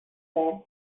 said